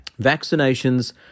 Vaccinations